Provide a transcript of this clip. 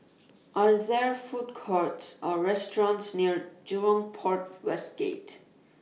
Are There Food Courts Or restaurants near Jurong Port West Gate